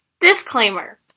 Disclaimer